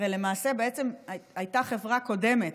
הרי בעצם הייתה חברה קודמת,